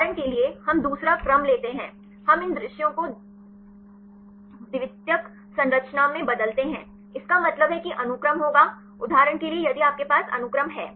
उदाहरण के लिए हम दूसरा क्रम लेते हैं हम इन दृश्यों को द्वितीयक संरचना में बदलते हैं इसका मतलब है कि अनुक्रम होगा उदाहरण के लिए यदि आपके पास अनुक्रम है